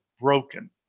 broken